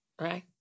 Right